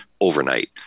overnight